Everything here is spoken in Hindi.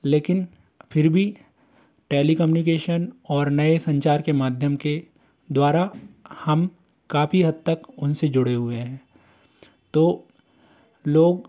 लेकिन फिर भी टेलीकम्युनिकेशन और नए संचार के माध्यम के द्वारा हम काफ़ी हद तक उन से जुड़े हुए हैं तो लोग